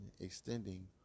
extending